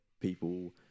people